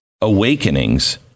awakenings